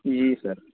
جی سر